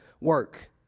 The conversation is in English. work